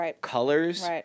colors